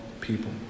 people